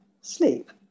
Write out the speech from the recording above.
sleep